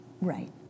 Right